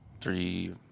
three